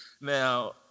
Now